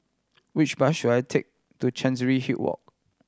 which bus should I take to Chancery Hill Walk